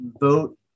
vote